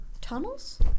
Tunnels